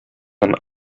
and